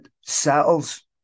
settles